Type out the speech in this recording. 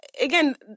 Again